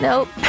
Nope